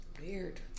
Weird